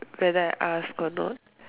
whether I ask or not